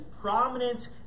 prominent